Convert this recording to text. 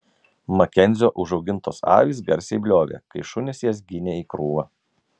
makenzio užaugintos avys garsiai bliovė kai šunys jas ginė į krūvą